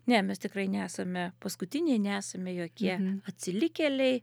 ne mes tikrai nesame paskutiniai nesame jokie atsilikėliai